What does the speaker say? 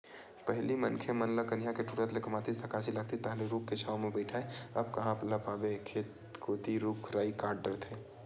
पहिली मनखे मन कनिहा के टूटत ले कमातिस थकासी लागतिस तहांले रूख के छांव म बइठय अब कांहा ल पाबे खेत कोती रुख राई कांट डरथे